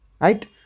right